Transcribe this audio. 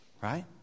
Right